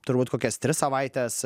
turbūt kokias tris savaites